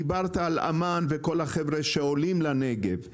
דיברת על --- וכל החבר'ה שעולים לנגב.